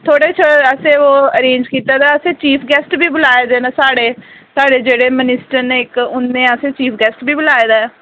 थोह्ड़े चिर असें ओह् अऱेन्ज कीते दा असें चीफ गेस्ट बी बुलाए दे न साढ़े साढ़े जेह्ड़े मिनिस्टर न इक उनें असें चीफ गेस्ट बी बुलाए दा ऐ